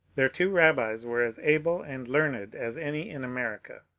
their two rabbis were as able and learned as any in america.